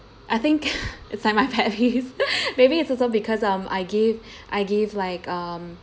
I think it's like my pet peeves maybe it's because also because of I gave I gave like um